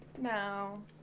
No